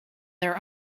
their